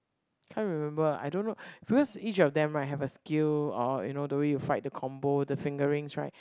can't remember I don't know because each of them right have a skill or you know the way you fight the combo the fingerings right